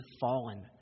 fallen